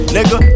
Nigga